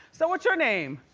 so what's your name?